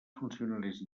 funcionaris